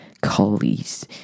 colleagues